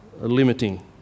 limiting